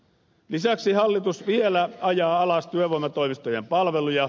lisäksi hallitus vielä ajaa alas työvoimatoimistojen palveluja